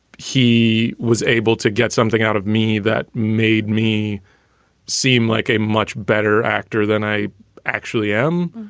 he was able to get something out of me that made me seem like a much better actor than i actually am.